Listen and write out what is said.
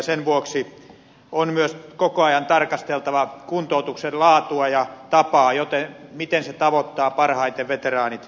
sen vuoksi on myös koko ajan tarkasteltava kuntoutuksen laatua ja tapaa miten se tavoittaa parhaiten veteraanit